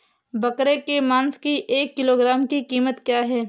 बकरे के मांस की एक किलोग्राम की कीमत क्या है?